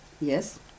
Yes